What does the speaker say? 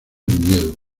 miedo